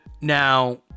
Now